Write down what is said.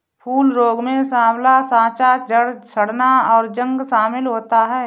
फूल रोग में साँवला साँचा, जड़ सड़ना, और जंग शमिल होता है